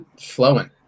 Flowing